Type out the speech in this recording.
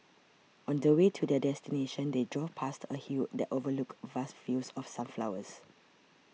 on the way to their destination they drove past a hill that overlooked vast fields of sunflowers